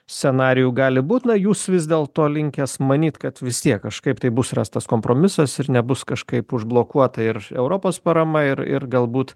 scenarijų gali būt na jūs vis dėlto linkęs manyt kad vis tiek kažkaip tai bus rastas kompromisas ir nebus kažkaip užblokuota ir europos parama ir ir galbūt